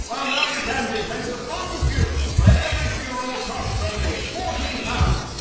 well now you can be thanks to funn funerals where every funeral costs only forty pounds!